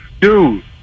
Dude